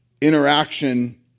interaction